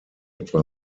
etwa